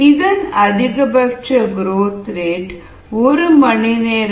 இதன் அதிகபட்ச growth rate ஒரு மணி நேரத்திற்கு 0